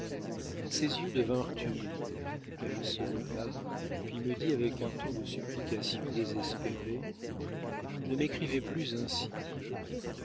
ses yeux devinrent humides elle se leva puis me dit avec un ton de supplication désespérée ne m'écrivez plus ainsi